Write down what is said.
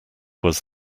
was